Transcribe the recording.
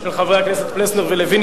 של חברי הכנסת פלסנר ולוין,